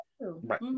right